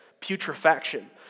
putrefaction